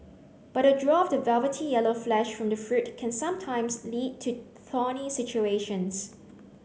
but the draw of the velvety yellow flesh from the fruit can sometimes lead to thorny situations